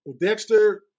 Dexter